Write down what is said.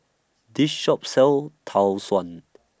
This Shop sells Tau Suan